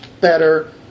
better